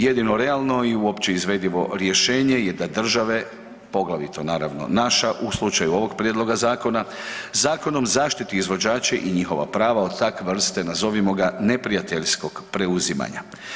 Jedino realno i uopće izvedivo rješenje je da države, poglavito naravno naša u slučaju ovog prijedloga zakona zakonom zaštiti izvođače i njihova prava od takve vrste nazovimo ga neprijateljskog preuzimanja.